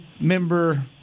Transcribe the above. member